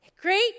Great